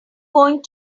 going